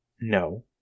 No